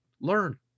Learn